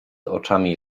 oczami